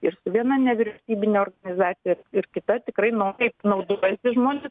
ir su viena nevyriausybine organizacija ir kita tikrai noriai naudojasi žmonės